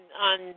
on